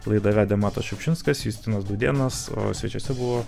laidą vedė matas šiupšinskas justinas dūdėnas o svečiuose buvo